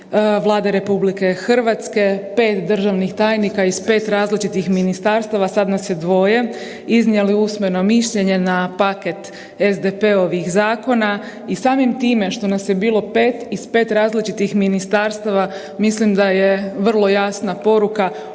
Vlade RH. 5 državnih tajnika iz 5 različitih ministarstava, sad nas je dvoje iznijeli usmeno mišljenje na paket SDP-ovih zakona i samim time što nas je bilo 5 iz 5 različitih ministarstava, mislim da je vrlo jasna poruka o